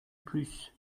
plus